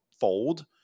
fold